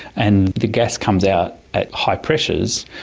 and the gas comes out at high pressures,